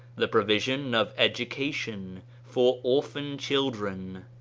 the provision of education for orphan children,